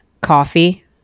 coffee